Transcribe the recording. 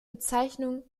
bezeichnung